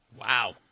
Wow